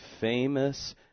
famous